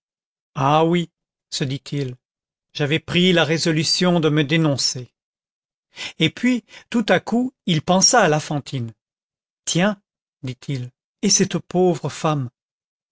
ah oui se dit-il j'avais pris la résolution de me dénoncer et puis tout à coup il pensa à la fantine tiens dit-il et cette pauvre femme